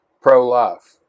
Pro-life